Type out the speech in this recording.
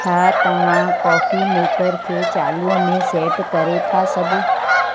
छा तव्हां coffee maker खे चालू में सेट करे था सघो